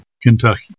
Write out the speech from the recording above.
Kentucky